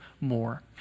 more